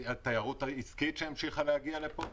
התיירות העסקית המשיכה להגיע לפה.